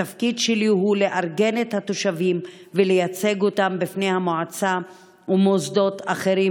התפקיד שלי הוא לארגן את התושבים ולייצג אותם בפני המועצה ומוסדות אחרים